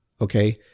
okay